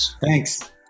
Thanks